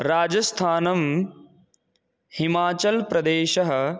राजस्थानं हिमाचलप्रदेशः